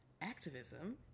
Activism